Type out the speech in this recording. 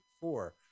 Four